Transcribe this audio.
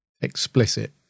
explicit